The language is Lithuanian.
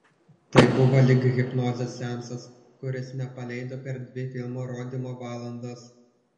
tai buvo lyg hipnozės seansas kuris nepaleido per dvi filmo rodymo valandas